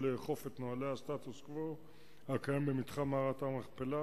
לאכוף את נוהלי הסטטוס-קוו הקיים במתחם מערת המכפלה,